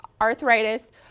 arthritis